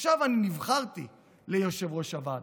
עכשיו אני נבחרתי ליושב-ראש הוועד,